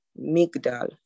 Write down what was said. Migdal